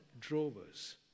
drovers